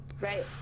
Right